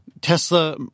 Tesla